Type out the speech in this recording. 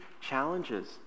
challenges